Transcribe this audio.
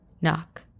Knock